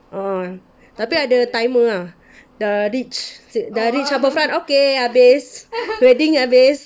uh tapi ada timer ah dah reach dah reach harbourfront okay habis wedding habis